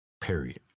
Period